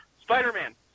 Spider-Man